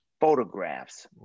photographs